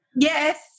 yes